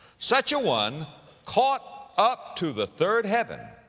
such a one caught up to the third heaven.